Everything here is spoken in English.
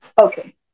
Okay